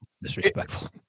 disrespectful